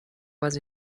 was